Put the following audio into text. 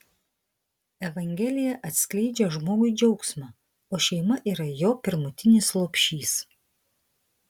evangelija atskleidžia žmogui džiaugsmą o šeima yra jo pirmutinis lopšys